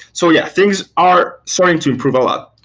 so yeah, things are starting to improve a lot.